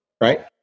Right